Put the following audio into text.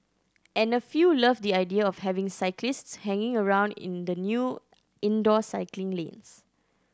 and a few loved the idea of having cyclists hanging around in the new indoor cycling lanes